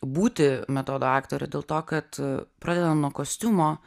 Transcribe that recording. būti metodo aktore dėl to kad pradedant nuo kostiumo